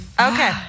Okay